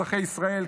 אזרחי ישראל,